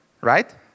Right